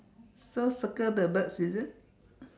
so circle the birds is it